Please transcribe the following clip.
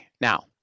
Now